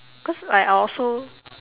cause like I also